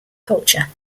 culture